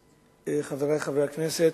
תודה, חברי חברי הכנסת,